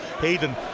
Hayden